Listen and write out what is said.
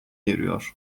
eriyor